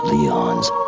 Leon's